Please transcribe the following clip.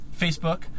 Facebook